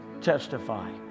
testify